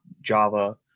Java